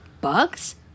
bugs